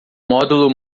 módulo